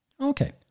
Okay